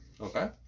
Okay